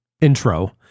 intro